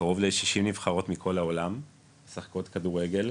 קרוב ל-60 נבחרות מכל העולם משחקות כדורגל,